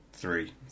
Three